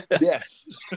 yes